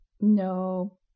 No